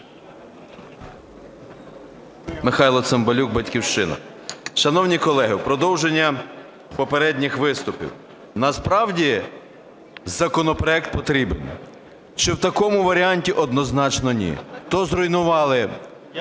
Михайло Цимбалюк, "Батьківщина". Шановні колеги, в продовження попередніх виступів. Насправді законопроект потрібен. Чи в такому варіанті? Однозначно ні. То зруйнували